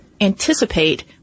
anticipate